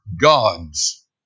gods